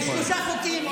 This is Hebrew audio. יש שלושה חוקים.